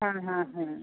হ্যাঁ হ্যাঁ হ্যাঁ